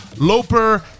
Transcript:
Loper